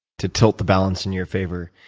to tilt the balance in your favor.